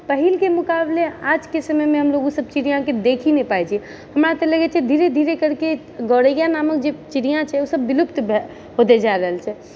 पहिलके मुकाबले आजके समयमे हमलोग ओ सब चिड़ियाके देखी नहि पाए छियै हमरा तऽ लगै छै धीरे धीरे करिके गोरैया नामक जे चिड़िआ छै ओ सब विलुप्त होते जाए रहल छै